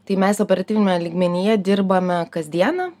tai mes operatyviniame lygmenyje dirbame kasdieną